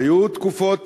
היו תקופות